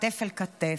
כתף אל כתף.